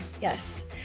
Yes